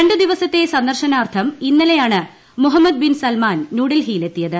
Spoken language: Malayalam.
രണ്ടു ദിവസത്തെ സന്ദർശനാർത്ഥം ഇന്നലെയാണ് മുഹമ്മദ് ബിൻ സൽമാൻ ന്യൂഡൽഹിയിൽ എത്തിയത്